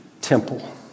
temple